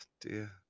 dear